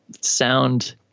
sound